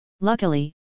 Luckily